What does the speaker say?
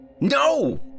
No